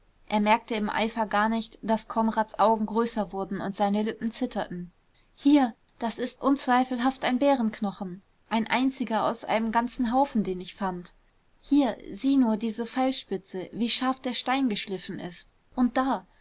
er merkte im eifer gar nicht daß konrads augen größer wurden und seine lippen zitterten hier das ist unzweifelhaft ein bärenknochen ein einziger aus einem ganzen haufen den ich fand hier sieh nur diese pfeilspitze wie scharf der stein geschliffen ist und da